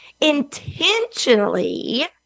intentionally